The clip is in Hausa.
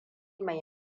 mai